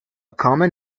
common